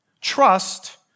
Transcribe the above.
Trust